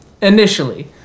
initially